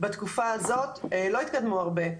בתקופה הזאת לא התקדמו הרבה.